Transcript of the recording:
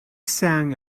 sang